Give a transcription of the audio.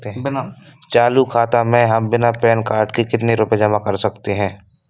चालू खाता में हम बिना पैन कार्ड के कितनी रूपए जमा कर सकते हैं?